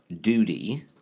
duty